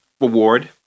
reward